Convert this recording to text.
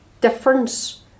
difference